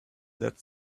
dead